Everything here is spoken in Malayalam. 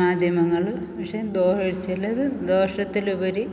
മാധ്യമങ്ങൾ പക്ഷേ ചിലത് ദോഷത്തിലുപരി